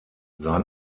sein